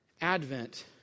Advent